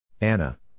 Anna